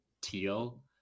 teal